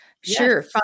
sure